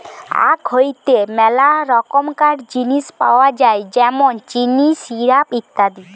আখ হইতে মেলা রকমকার জিনিস পাওয় যায় যেমন চিনি, সিরাপ, ইত্যাদি